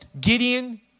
Gideon